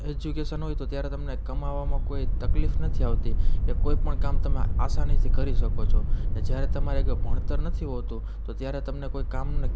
education હોય તો ત્યારે તમને કમાવામાં કોઈ તકલીફ નથી આવતી કે કોઈ પણ કામ તમે આસાનીથી કરી શકો છો જ્યારે તમારે ભણતર નથી હોતું તો ત્યારે તમને કોઈ કામને